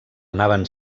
anaven